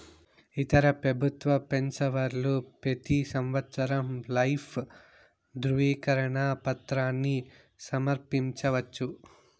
ఇతర పెబుత్వ పెన్సవర్లు పెతీ సంవత్సరం లైఫ్ దృవీకరన పత్రాని సమర్పించవచ్చు